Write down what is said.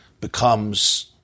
becomes